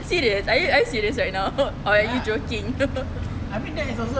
serious are you are you serious right or are you joking